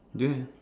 do you have